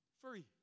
Free